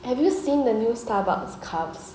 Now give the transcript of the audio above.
have you seen the new starbucks cups